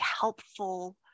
helpful